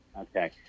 Okay